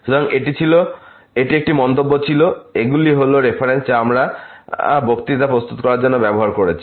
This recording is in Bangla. সুতরাং এটি একটি মন্তব্য ছিল এগুলি হল রেফারেন্স যা আমরা বক্তৃতা প্রস্তুত করার জন্য ব্যবহার করেছি